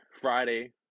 Friday